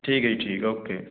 ਠੀਕ ਹੈ ਜੀ ਠੀਕ ਓਕੇ